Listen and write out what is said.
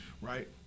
right